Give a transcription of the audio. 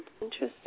Interesting